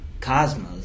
Cosmos